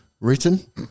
written